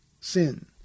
sin